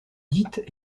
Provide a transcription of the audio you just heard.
dites